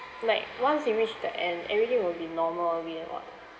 like once you reach the end everything will be normal again [what]